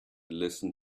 listen